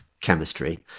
chemistry